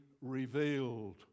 revealed